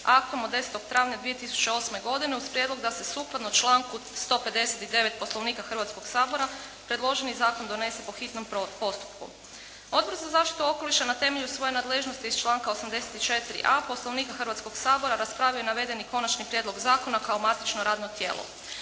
aktom od 10. travnja 2008. godine uz prijedlog da se sukladno članku 159. Poslovnika Hrvatskoga sabora predloženi zakon donese po hitnom postupku. Odbor za zaštitu okoliša na temelju svoje nadležnosti iz članka 84.a Poslovnika Hrvatskoga sabora raspravio je navedeni konačni prijedlog zakona kao matično radno tijelo.